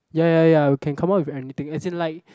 ya ya ya we can come up with anything as in like